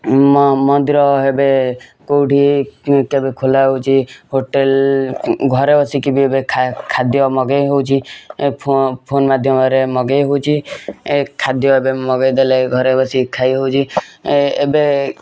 ମ ମନ୍ଦିର ହେବେ କେଉଁଠି କେବେ ଖୋଲା ହଉଛି ହୋଟେଲ ଘରେ ବସିକି ବି ଏବେ ଖାଦ୍ଯ ମଗେଇ ହଉଛି ଫୋନ୍ ମାଧ୍ୟମରେ ମଗେଇ ହଉଛି ଏ ଖାଦ୍ଯ ଏବେ ମଗେଇ ଦେଲେ ଘରେ ବସିକି ଖାଇ ହଉଛି ଏ ଏବେ